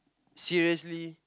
seriously